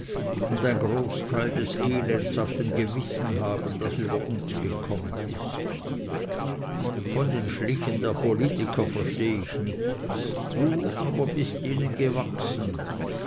und ein groß teil des elends auf dem gewissen haben das über uns gekommen ist von den schlichen der politiker versteh ich nichts du aber bist ihnen gewachsen